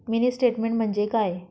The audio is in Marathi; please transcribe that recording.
मिनी स्टेटमेन्ट म्हणजे काय?